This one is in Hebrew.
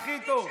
הכי טוב.